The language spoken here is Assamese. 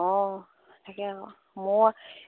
অঁ তাকে আকৌ মোৰ